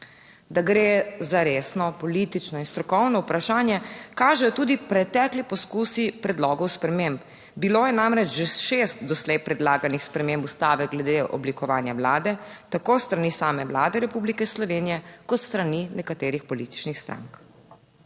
Da gre za resno politično in strokovno vprašanje, kažejo tudi pretekli poskusi predlogov sprememb. Bilo je namreč že šest doslej predlaganih sprememb Ustave glede oblikovanja Vlade, tako s strani same Vlade Republike Slovenije, kot s strani nekaterih političnih strank.